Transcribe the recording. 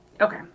Okay